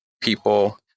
people